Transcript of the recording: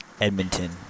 Edmonton